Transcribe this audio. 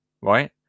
right